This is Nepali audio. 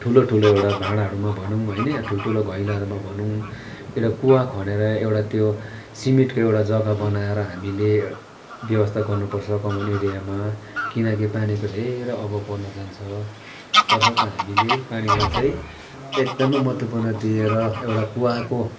ठुलो ठुलो एउटा भाँडाहरूमा भनौँ होइन या ठुल्ठुलो घैलाहरूमा भनौँ एउटा कुवा खनेर एउटा त्यो सिमेन्टको एउटा जग्गा बनाएर हामीले व्यवस्था गर्नुपर्छ कमान एरियामा किनकि पानीको धेरै अभाव पर्न जान्छ तसर्थ हामीले पानीलाई चाहिँ एकदमै महत्त्वपूर्ण दिएर एउटा कुवाको